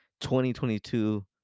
2022